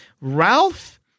Ralph